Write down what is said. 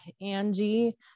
Angie